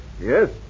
Yes